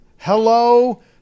Hello